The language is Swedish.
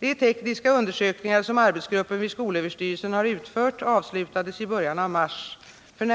De tekniska undersökningar som arbetsgruppen vid skolöverstyrelsen har utfört avslutades i början av mars. F. n.